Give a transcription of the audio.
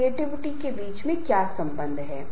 इसलिए ये चीजें काफी महत्वपूर्ण हैं